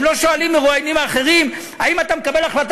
הם לא שואלים מרואיינים אחרים: האם אתה מקבל החלטה